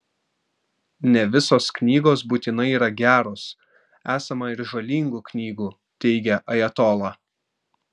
ne visos knygos būtinai yra geros esama ir žalingų knygų teigė ajatola